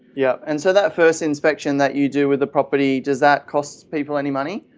yeah and so that first inspection that you do with the property does that cost people any money?